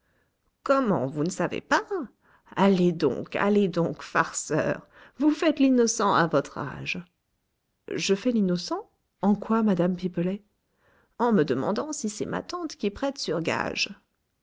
comment vous ne savez pas allez donc allez donc farceur vous faites l'innocent à votre âge je fais l'innocent en quoi madame pipelet en me demandant si c'est ma tante qui prête sur gages